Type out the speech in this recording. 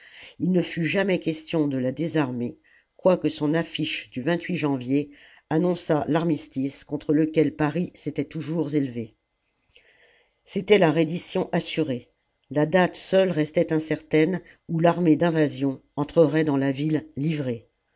il ne fut jamais question de la désarmer quoique son affiche du janvier annonçât l'armistice contre lequel paris s'était toujours élevé c'était la reddition assurée la date seule restait incertaine où l'armée d'invasion entrerait dans la ville livrée